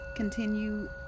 continue